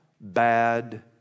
bad